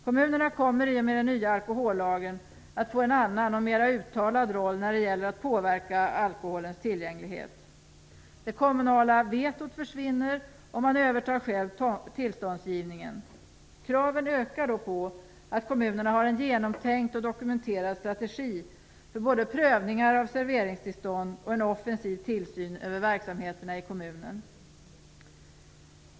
Kommunerna kommer i och med den nya alkohollagen att få en annan och mera uttalad roll när det gäller att påverka alkoholens tillgänglighet. Det kommunala vetot försvinner, och man övertar själv tillståndsgivningen. Kraven ökar då på att kommunerna har en genomtänkt och dokumenterad strategi för såväl prövningar av serveringstillstånd som en offensiv tillsyn över verksamheterna i kommunen.